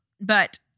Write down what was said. But-